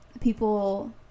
people